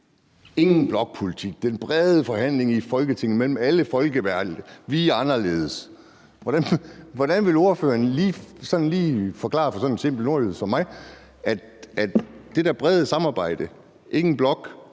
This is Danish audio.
man ville have den brede forhandling i Folketinget mellem alle folkevalgte, at man var anderledes. Hvordan vil ordføreren forklare for sådan en simpel nordjyde som mig, at løftet om det brede samarbejde, og at